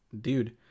dude